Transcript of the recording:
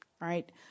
right